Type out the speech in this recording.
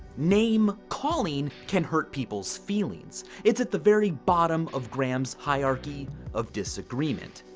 name colleen can hurt people's feelings. it's at the very bottom of graham's hierarchy of disagreement.